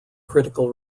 critical